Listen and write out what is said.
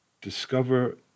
discover